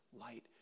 light